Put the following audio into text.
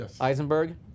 Eisenberg